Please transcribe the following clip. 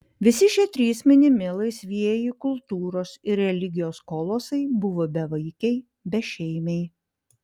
visi šie trys minimi laisvieji kultūros ir religijos kolosai buvo bevaikiai bešeimiai